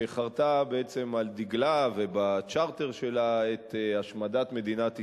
שחרתה על דגלה ובצ'רטר שלה את השמדת מדינת ישראל,